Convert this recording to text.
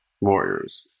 warriors